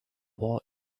war